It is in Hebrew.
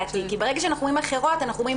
כי ברגע שאנחנו אומרים "אחרות" אנחנו אומרים